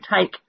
take